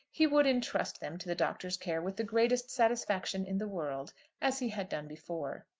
he would intrust them to the doctor's care with the greatest satisfaction in the world as he had done before.